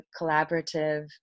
collaborative